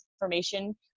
information